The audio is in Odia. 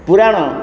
ପୁରାଣ